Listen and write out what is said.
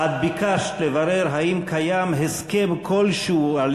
את ביקשת לברר אם קיים הסכם כלשהו על